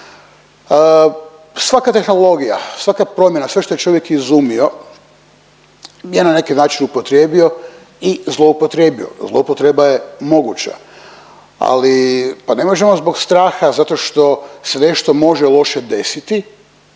svaka tehnologija, svaka promjena, sve što je čovjek izumio je na neki način upotrijebio i zloupotrijebio. Zloupotreba je moguća, ali pa ne možemo zbog straha zato što se nešto može loše desiti